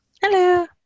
Hello